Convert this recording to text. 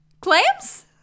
Clams